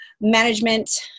management